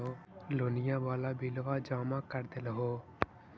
लोनिया वाला बिलवा जामा कर देलहो?